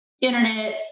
internet